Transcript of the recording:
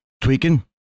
tweaking